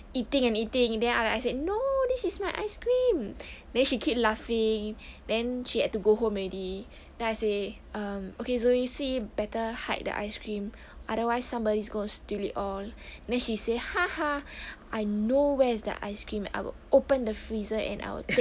eating and eating then I I said no this is my ice cream then she keep laughing then she had to go home already then I say err okay zoe see better hide the ice cream otherwise somebody's gonna steal it all then she say haha I know where's the ice cream I will open the freezer and I'll take